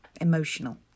emotional